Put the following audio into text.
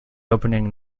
opening